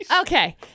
Okay